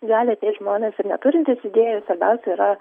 gali ateit žmonės ir neturintys idėjų svarbiausia yra